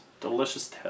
Delicious